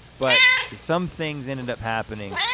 but some things ended up happening.